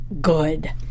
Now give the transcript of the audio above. good